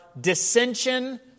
dissension